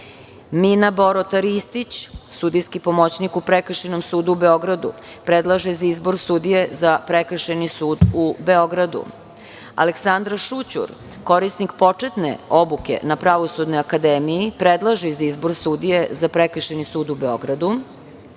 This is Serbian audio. Mina Borota Ristić, sudijski pomoćnik u Prekršajnom sudu u Beogradu, predlaže za izbor sudije za Prekršajni sud u Beogradu, Aleksandra Šućur, korisnik početne obuke na Pravosudnoj akademiji, predlaže za izbor sudije za Prekršajni sud u Beogradu,